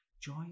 Joy